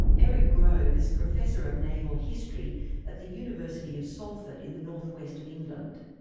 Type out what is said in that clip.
eric grove is professor of naval history at the university of salford in the north-west of england.